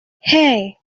hey